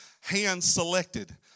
hand-selected